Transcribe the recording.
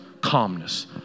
calmness